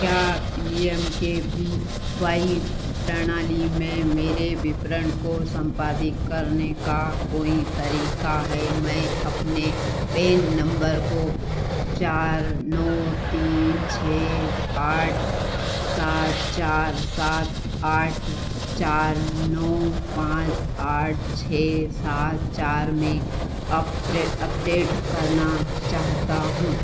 क्या P M K V Y प्रणाली में मेरे विवरण को सम्पादित करने का कोई तरीका है मैं अपने पैन नम्बर को चार नौ तीन छह आठ सात चार सात आठ चार नो पाँच आठ छह सात चार में अप्र अपडेट करना चाहता हूँ